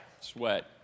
sweat